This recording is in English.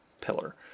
pillar